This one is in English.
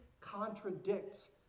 contradicts